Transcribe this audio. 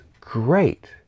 great